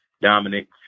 Dominic